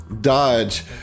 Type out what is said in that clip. dodge